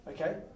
Okay